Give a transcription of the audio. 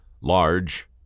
large